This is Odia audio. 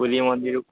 ପୁରୀ ମନ୍ଦିର୍